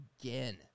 again